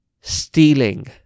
Stealing